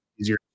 easier